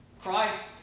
Christ